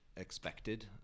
expected